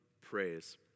praise